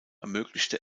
ermöglichte